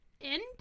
end